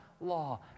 law